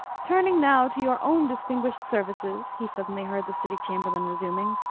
turning now to your own distinguished services, he suddenly heard the city chamberlain resuming,